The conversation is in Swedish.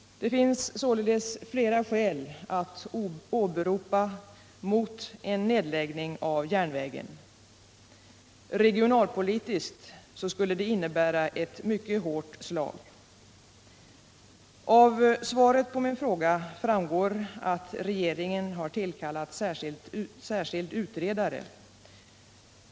Det finns således flera skäl att åberopa mot en nedläggning av järnvägen. Regionalpolitiskt skulle en nedläggning innebära ett mycket hårt slag. Av svaret på min fråga framgår att regeringen tillkallat en särskild utredare.